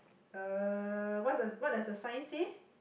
uh what does what does the sign say